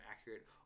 accurate